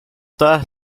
todas